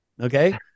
Okay